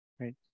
Right